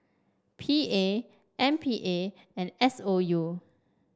P A M P A and S O U